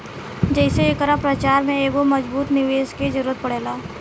जेइसे एकरा प्रचार में एगो मजबूत निवेस के जरुरत पड़ेला